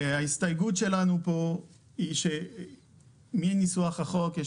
ההסתייגות שלנו פה היא שמניסוח החוק יש